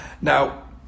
Now